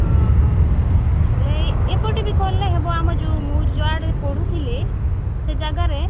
ହଁ ହଁ ହେଲେ ଏପଟେ ବି କଲେ ହେବ ଆମ ମୁଁ ଯୁଆଡ଼େ ପଢୁ ଥିଲି ସେ ଯାଗାରେ